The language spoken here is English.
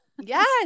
Yes